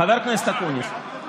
חבר הכנסת אקוניס,